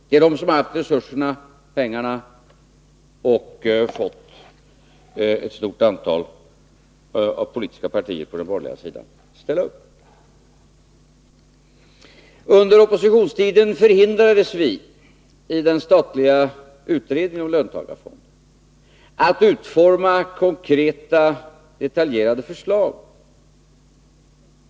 Det är de som har haft resurserna, pengarna, och fått ett stort antal politiska partier på den borgerliga sidan att ställa upp. Under oppositionstiden hindrades vi att i den statliga utredningen om löntagarfonder utforma konkreta detaljerade förslag.